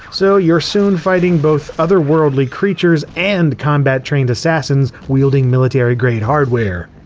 so you're soon fighting both otherworldly creatures and combat-trained assassins wielding military-grade hardware.